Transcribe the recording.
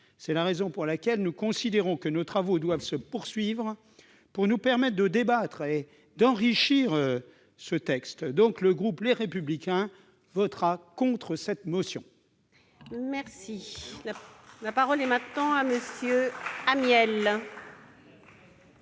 C'est la raison pour laquelle nous considérons que nos travaux doivent se poursuivre pour nous permettre de débattre et d'enrichir encore le texte. Le groupe Les Républicains votera contre cette motion. La parole est à M. Michel Amiel,